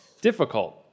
difficult